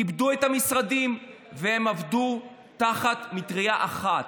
כיבדו את המשרדים והם עבדו תחת מטרייה אחת.